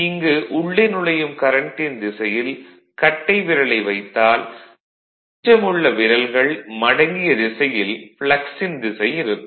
இங்கு உள்ளே நுழையும் கரண்ட்டின் திசையில் கட்டை விரலை வைத்தால் மிச்சமுள்ள விரல்கள் மடங்கிய திசையில் ப்ளக்ஸின் திசை இருக்கும்